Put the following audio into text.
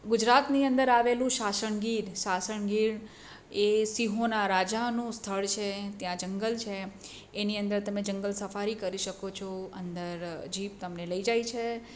ગુજરાતની અંદર આવેલું શાસણ ગીર શાસણ ગીર એ સિંહોના રાજાનું સ્થળ છે ત્યાં જંગલ છે એની અંદર તમે જંગલ સફારી કરી શકો છો અંદર જીપ તમને લઈ જાય છે